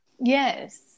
Yes